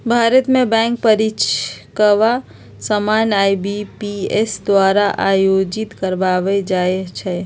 भारत में बैंक परीकछा सामान्य आई.बी.पी.एस द्वारा आयोजित करवायल जाइ छइ